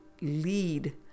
lead